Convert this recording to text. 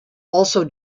also